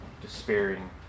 despairing